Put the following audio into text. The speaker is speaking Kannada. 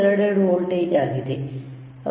22 ವೋಲ್ಟೇಜ್ ಆಗಿದೆ